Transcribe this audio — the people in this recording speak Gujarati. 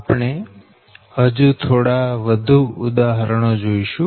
આપણે હજુ થોડા વધુ ઉદાહરણો જોઈશું